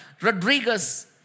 Rodriguez